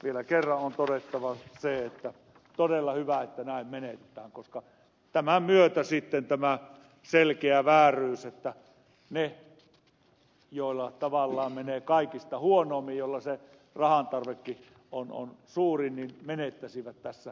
vielä kerran on todettava se että todella hyvä että näin menetellään koska tämän myötä korjataan tämä selkeä vääryys että ne joilla tavallaan menee kaikista huonoiten joilla se rahan tarvekin on suurin menettäisivät tässä